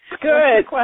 Good